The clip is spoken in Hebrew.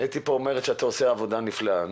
אתי אומרת שאתה עושה עבודה נפלאה.